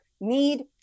need